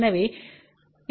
அது b1 a2 a 1 0வழங்கப்பட்டது